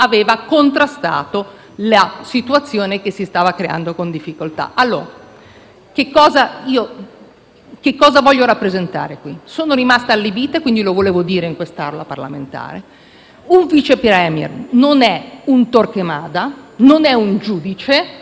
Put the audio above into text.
Che cosa voglio rappresentare qui? Sono rimasta allibita e lo volevo dire in quest'Aula parlamentare: un Vice *Premier* non è un Torquemada, non è un giudice, non è un giustiziere. A Genova abbiamo già sentito, dopo il crollo del ponte Morandi,